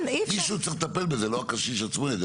מישהו צריך לטפל בזה ולא הקשיש עצמו.